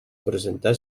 presentar